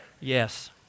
Yes